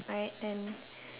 right and